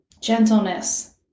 gentleness